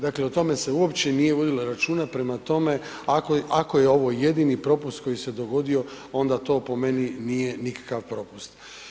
Dakle o tome se uopće nije vodilo računa, prema tome, ako je ovo jedini propust koji se dogodio, onda to po meni nije nikakav propust.